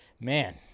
man